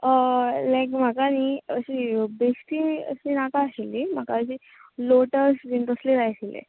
लायक म्हाका न्ही बेश्टी अशी नाका आशिल्ली म्हाका अशी लोटस बीन तसली जाय आशिल्ले